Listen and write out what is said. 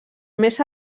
més